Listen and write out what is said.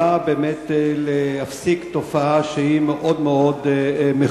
באה באמת להפסיק תופעה מאוד מכוערת.